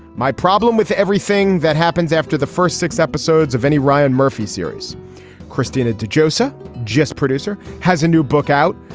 my problem with everything that happens after the first six episodes of any ryan murphy series christina de josiah just producer has a new book out.